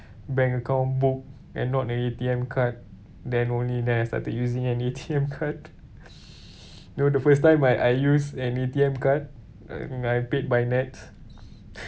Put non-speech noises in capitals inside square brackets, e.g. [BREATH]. bank account book and not an A_T_M card then only then I started using an A_T_M card [BREATH] you know the first time I I use an A_T_M card uh I paid by NETS